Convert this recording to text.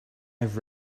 have